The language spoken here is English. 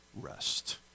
rest